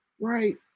right